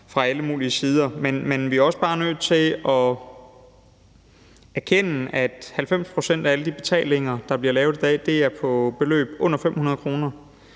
fra alle mulige sider. Men vi er også bare nødt til at erkende, at 90 pct. af alle de betalinger, der bliver lavet i dag, er på beløb under 500 kr.,